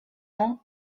ans